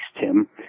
Tim